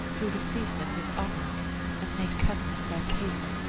who received them with honor and made cadmus their king.